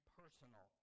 personal